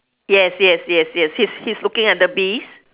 yes yes yes yes he's he's looking at the bees